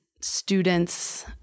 students